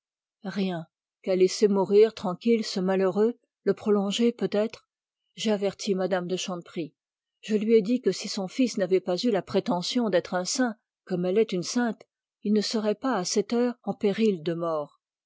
rien qu'à laisser mourir tranquille ce malheureux j'ai averti mme de chanteprie je lui dis que si son fils n'avait pas eu la prétention d'être un saint comme elle est une sainte il ne serait pas à cette heure en péril de mort